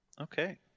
Okay